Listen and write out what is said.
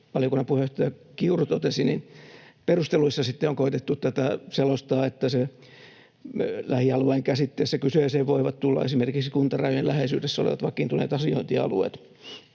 valiokunnan puheenjohtaja Kiuru totesi, perusteluissa sitten on koetettu tätä selostaa, että sen lähialueen käsitteessä kyseeseen voivat tulla esimerkiksi kuntarajojen läheisyydessä olevat vakiintuneet asiointialueet,